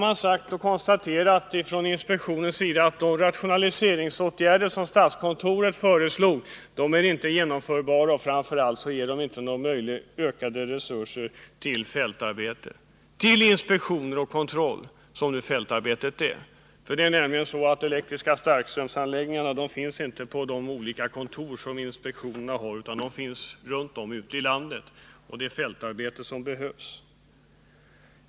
Man har konstaterat från inspektionens sida att de rationaliseringsåtgärder som statskontoret föreslog inte är genomförbara och framför allt inte ger ökade resurser till fältarbete för inspektioner och kontroll. Det är nämligen så att de elektriska starkströmsanläggningarna inte finns på de olika kontor som inspektionen har, utan de finns runt om ute i landet, och det är fältarbete som behövs.